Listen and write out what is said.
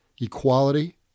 equality